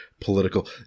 political